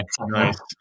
Nice